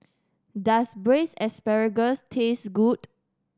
does Braised Asparagus taste good